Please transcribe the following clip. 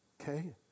Okay